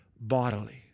bodily